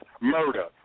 murder